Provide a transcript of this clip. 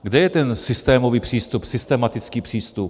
Kde je ten systémový přístup, systematický přístup?